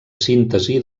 síntesi